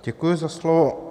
Děkuji za slovo.